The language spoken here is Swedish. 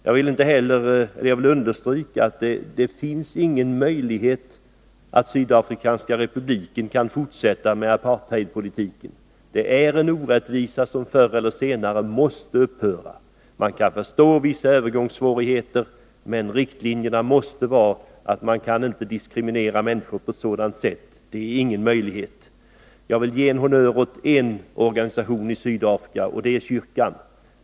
Jag vill också understryka att det inte finns någon möjlighet för Sydafrikanska republiken att fortsätta med sin apartheidpolitik; den är en orättvisa som förr eller senare måste upphöra. Jag kan förstå att det finns vissa övergångssvårigheter, men riktlinjerna måste vara att man inte får diskriminera människor på ett sådant sätt. Jag vill dock ge en honnör åt en organisation i Sydafrika, och det är kyrkan.